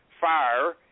fire